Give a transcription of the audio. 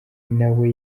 nawe